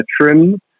trim